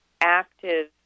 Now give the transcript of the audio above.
active